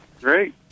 Great